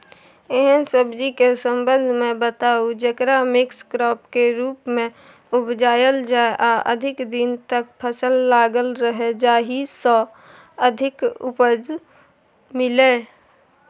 एहन सब्जी के संबंध मे बताऊ जेकरा मिक्स क्रॉप के रूप मे उपजायल जाय आ अधिक दिन तक फसल लागल रहे जाहि स अधिक उपज मिले?